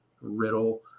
riddle